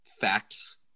facts